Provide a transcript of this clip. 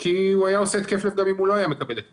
כי הוא היה עושה התקף לב גם אם הוא לא היה מקבל את התכשיר.